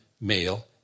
male